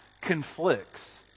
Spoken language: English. conflicts